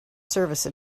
service